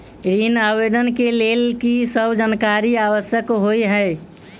ऋण आवेदन केँ लेल की सब जानकारी आवश्यक होइ है?